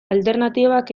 alternatibak